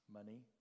money